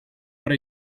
what